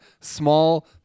small